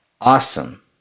awesome